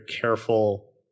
careful